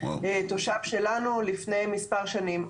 תושב שלנו לפני מספר שנים.